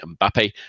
Mbappe